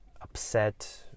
upset